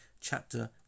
chapter